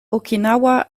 okinawa